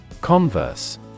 Converse